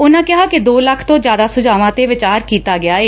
ਉਨਾਂ ਕਿਹਾ ਕਿ ਦੋ ਲੱਖ ਤੋ ਜ਼ਿਆਦਾ ਸੁਝਾਵਾਂ ਤੇ ਵਿਚਾਰ ਕੀਤਾ ਗਿਐ